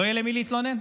לא יהיה למי להתלונן,